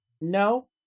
no